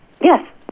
Yes